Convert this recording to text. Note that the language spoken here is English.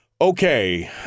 Okay